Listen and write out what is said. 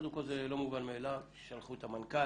קודם כל זה לא מובן מאליו ששלחו את המנכ"ל.